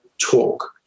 talk